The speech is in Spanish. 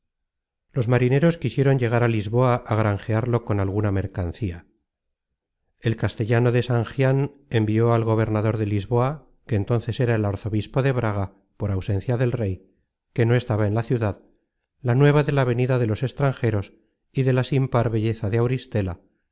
los marineros quisieron llegar á lisboa á granjearlo con alguna mercancía el castellano de sangian envió al gobernador de lisboa que entonces era el arzobispo de braga por ausencia del rey que no estaba en la ciudad la nueva de la venida de los ex content from google book search generated at mero tranjeros y de la sin par belleza de auristela